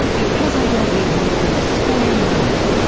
because i don't need more than a square millimeter.